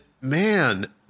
man